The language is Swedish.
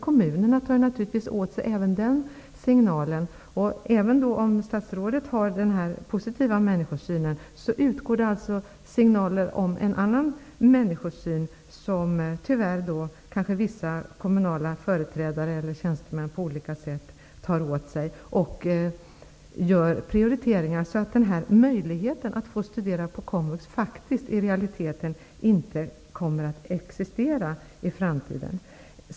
Kommunerna tar naturligtvis åt sig även de signalerna. Även om statsrådet har en positiv människosyn, utgår det signaler om en annan människosyn, som tyvärr kanske vissa kommunala företrädare eller tjänstemän på olika sätt tar åt sig och därmed gör sådana prioriteringar att möjligheten att få studera på komvux i realiteten inte kommer att existera i framtiden.